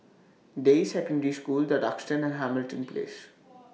Deyi Secondary School The Duxton and Hamilton Place